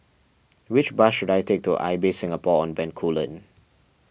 which bus should I take to Ibis Singapore on Bencoolen